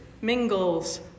mingles